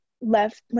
left